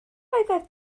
oeddet